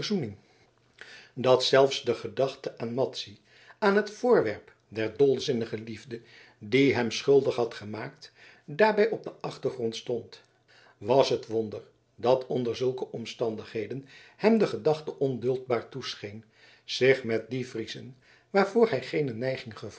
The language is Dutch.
dat zelfs de gedachte aan madzy aan het voorwerp der dolzinnige liefde die hem schuldig had gemaakt daarbij op den achtergrond stond was het wonder dat onder zulke omstandigheden hem de gedachte onduldbaar toescheen zich met die friezen waarvoor hij geene neiging